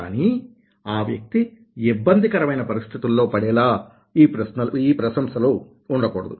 కానీ ఆ వ్యక్తి ఇబ్బందికరమైన పరిస్థితులలో పడేలా ఈ ప్రశంసలు ఉండకూడదు